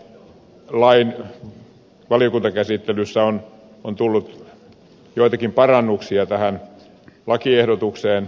nyt käsittelyssä olevan lain valiokuntakäsittelyssä on tullut joitakin parannuksia tähän lakiehdotukseen